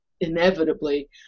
inevitably